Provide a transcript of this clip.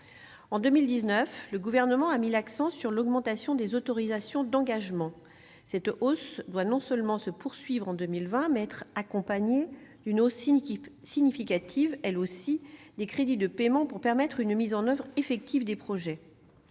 En 2019, le Gouvernement a mis l'accent sur l'augmentation des autorisations d'engagement. Cette hausse doit non seulement se poursuivre en 2020, mais être accompagnée d'une hausse significative, elle aussi, des crédits de paiement pour permettre une mise en oeuvre effective des projets.